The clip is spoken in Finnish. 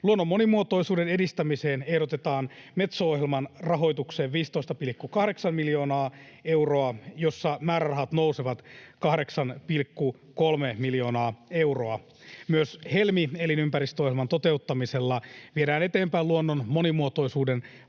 Luonnon monimuotoisuuden edistämiseen ehdotetaan Metso-ohjelman rahoitukseen 15,8 miljoonaa euroa, jossa määrärahat nousevat 8,3 miljoonaa euroa. Myös Helmi- elinympäristöohjelman toteuttamisella viedään eteenpäin luonnon monimuotoisuuden